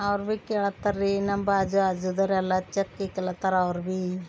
ಅವ್ರು ಭೀ ಕೇಳತ್ತಾರ್ರಿ ನಮ್ಮ ಬಾಜು ಆಜುದರೆಲ್ಲ ಚೊಕ್ಕ ಇಕ್ಕಲತ್ತಾರ ಅವ್ರು ಭೀ